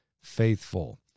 faithful